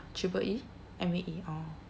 triple E M_A_E orh